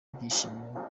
ibyishimo